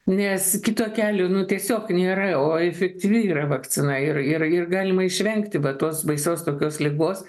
nes kito kelio nu tiesiog nėra o efektyvi yra vakcina ir ir ir galima išvengti va tos baisios tokios ligos